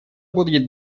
будет